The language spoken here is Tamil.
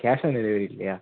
கேஷ் ஆன் டெலிவரி இல்லையா